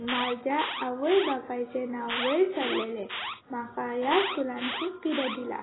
म्हाज्या आवय बापायचें नांव वयर सल्लेलें म्हाका ह्या स्कुलान खूब किदें दिलां